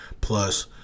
Plus